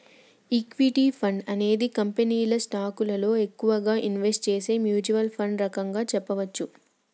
equity fund అనేది కంపెనీల స్టాకులలో ఎక్కువగా ఇన్వెస్ట్ చేసే మ్యూచ్వల్ ఫండ్ రకంగా చెప్పచ్చు